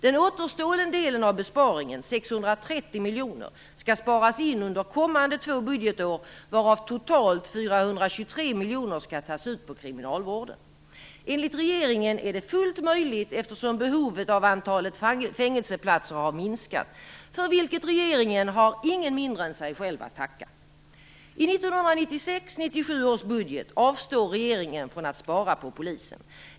Den återstående delen av besparingen, 630 miljoner, skall sparas in under kommande två budgetår, varav totalt 423 miljoner skall tas ut på kriminalvården. Enligt regeringen är detta fullt möjligt eftersom behovet av fängelseplatser har minskat till antalet, för vilket regeringen har ingen mindre än sig själv att tacka. I 1996/97 års budget avstår regeringen från att spara på polisen.